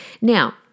Now